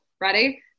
ready